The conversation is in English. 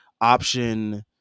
option